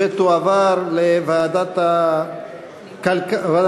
(הבטחת השקעות של רוכשי דירות) (תיקון,